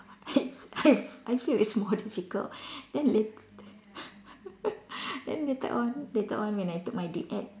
it's it's I feel it's more difficult then later then later on later on when I took my DipEd